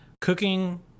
cooking